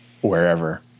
wherever